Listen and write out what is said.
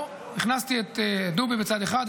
הכנסתי את דובי בצד אחד,